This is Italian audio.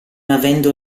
avendo